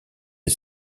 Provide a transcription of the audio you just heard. est